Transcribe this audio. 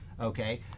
okay